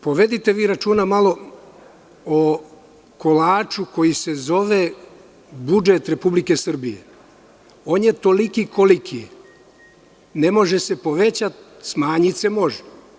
Povedite malo računa o kolaču koji se zove – budžet Republike Srbije, on je toliki koliki je, ne može se povećati, smanjiti se može.